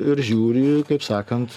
ir žiūri kaip sakant